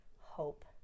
hope